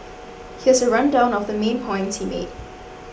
here's a rundown of the main points he made